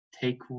take